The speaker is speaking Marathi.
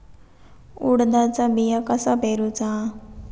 उडदाचा बिया कसा पेरूचा?